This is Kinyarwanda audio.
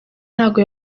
ntago